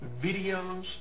videos